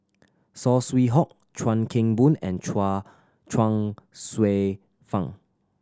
Saw Swee Hock Chuan Keng Boon and Chuang Chuang Hsueh Fang